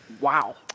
wow